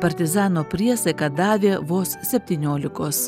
partizano priesaiką davė vos septyniolikos